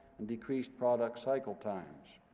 and decreased product cycle times.